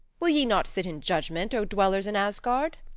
will ye not sit in judgment, o dwellers in asgard?